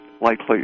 likely